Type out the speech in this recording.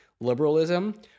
liberalism